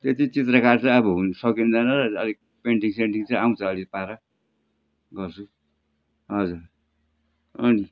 त्यति चित्रकारी त अब हुन् सकिँदैन र अलिक पेन्टिङ सेन्टिङ चाहिँ आउँछ अलिक पारा गर्छु हजुर हजुर